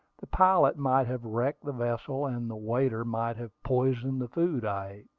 the pilot might have wrecked the vessel, and the waiter might have poisoned the food i